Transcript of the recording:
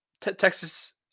Texas